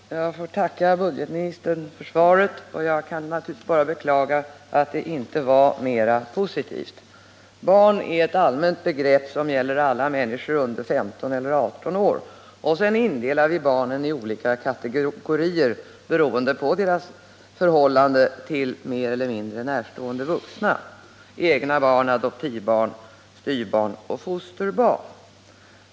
Herr talman! Jag får tacka budgetoch ekonomiministern för svaret. Jag kan bara beklaga att det inte är mera positivt. Barn är ett allmänt begrepp som gäller alla människor under 15 eller 18 år. Sedan indelar vi barnen i olika kategorier beroende på deras förhållanden till mer eller mindre närstående vuxna — egna barn, adoptivbarn, styvbarn och fosterbarn.